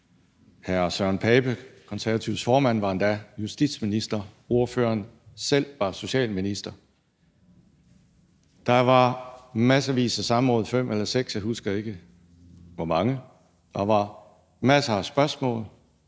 Hr. Søren Pape Poulsen, De Konservatives formand, var endda justitsminister, ordføreren selv var socialminister. Der var massevis af samråd – fem eller seks; jeg husker ikke, hvor mange – der var masser af spørgsmål,